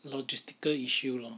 logistical issue lor